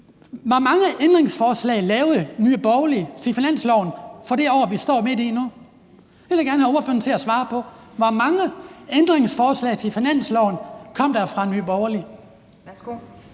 Hvor mange ændringsforslag lavede Nye Borgerlige til finansloven for det år, vi står midt i nu? Det vil jeg gerne have ordføreren til at svare på: Hvor mange ændringsforslag til finansloven kom der fra Nye Borgerlige?